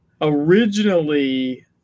originally